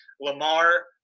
lamar